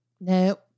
no